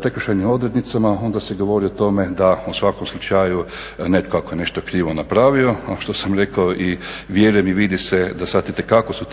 prekršajnim odrednicama onda se govori o tome da u svakom slučaju netko ako je nešto krivo napravio što sam rekao i vjerujem i vidi se da sad itekako su te